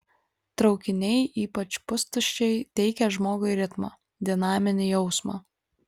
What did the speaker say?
traukiniai ypač pustuščiai teikia žmogui ritmą dinaminį jausmą